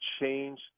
change